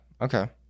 Okay